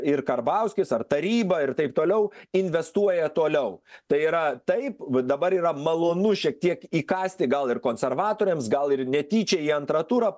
ir karbauskis ar taryba ir taip toliau investuoja toliau tai yra taip dabar yra malonu šiek tiek įkąsti gal ir konservatoriams gal ir netyčia į antrą turą